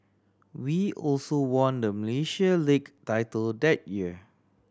we also won the Malaysia League title that year